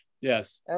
yes